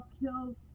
kills